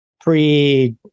pre